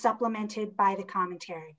supplemented by the commentary